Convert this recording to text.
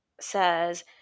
says